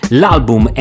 l'album